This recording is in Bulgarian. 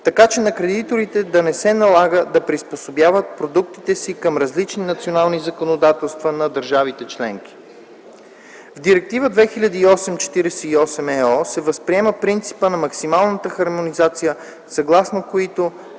така че на кредиторите да не се налага да приспособяват продуктите си към различните национални законодателства на държавите членки. В Директива 2008/48/ЕО се възприема принципът на максималната хармонизация, съгласно който